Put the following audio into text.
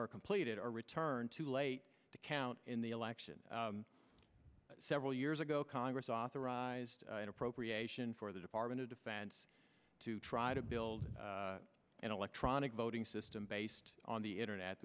are completed are returned to late to count in the election several years ago congress authorized an appropriation for the department of defense to try to build an electronic voting system based on the internet